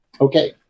okay